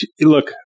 Look